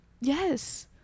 yes